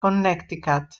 connecticut